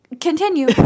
Continue